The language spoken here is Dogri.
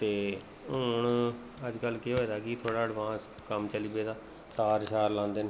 ते हून अजकल केह् होए दा कि थोह्ड़ा एडवांस कम्म चली पेदा तार शार लांदे न